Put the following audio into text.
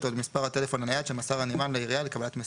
או למספר הטלפון הנייד שמסר הנמען לעירייה לקבלת מסרים".